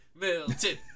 milton